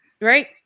right